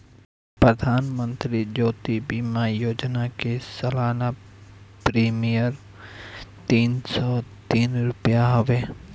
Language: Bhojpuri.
प्रधानमंत्री जीवन ज्योति बीमा योजना कअ सलाना प्रीमियर तीन सौ तीस रुपिया हवे